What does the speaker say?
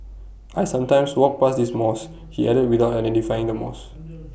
I sometimes walk past this mosque he added without identifying the mosque